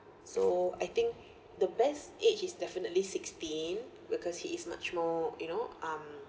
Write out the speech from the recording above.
so I think the best age is definitely sixteen because he is much more you know um